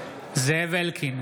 זאב אלקין,